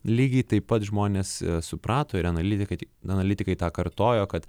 lygiai taip pat žmonės suprato ir analitikai analitikai tą kartojo kad